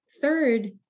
third